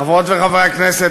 חברות וחברי הכנסת,